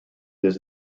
this